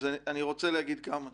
אני רוצה להגיד כמה דברים.